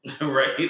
Right